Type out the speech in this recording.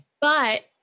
But-